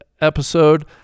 episode